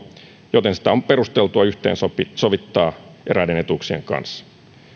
joten on perusteltua yhteensovittaa se eräiden etuuksien kanssa